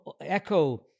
echo